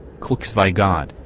clxvi god,